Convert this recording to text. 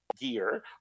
gear